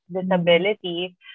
disability